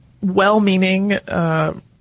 well-meaning